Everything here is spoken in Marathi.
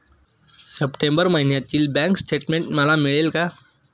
सप्टेंबर महिन्यातील बँक स्टेटमेन्ट मला मिळेल का?